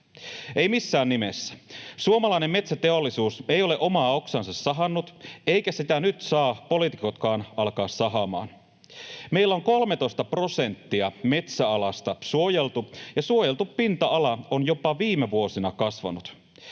Ei missään nimessä. Suomalainen metsäteollisuus ei ole omaa oksaansa sahannut, eivätkä sitä nyt saa poliitikotkaan alkaa sahaamaan. Meillä on 13 prosenttia metsäalasta suojeltu, ja suojeltu pinta-ala on jopa viime vuosina kasvanut.